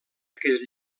aquest